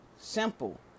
Simple